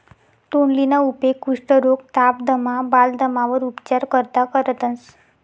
तोंडलीना उपेग कुष्ठरोग, ताप, दमा, बालदमावर उपचार करता करतंस